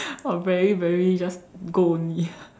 what very very just go only